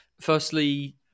firstly